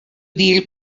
deal